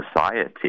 society